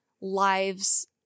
lives